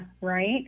right